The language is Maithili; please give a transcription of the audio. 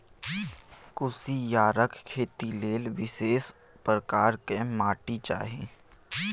कुसियारक खेती लेल विशेष प्रकारक माटि चाही